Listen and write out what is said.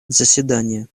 заседания